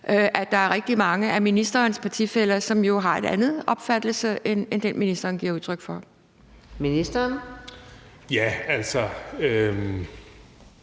– der er rigtig mange af ministerens partifæller, som jo har en anden opfattelse end den, ministeren giver udtryk for. Kl.